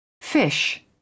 Fish